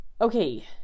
Okay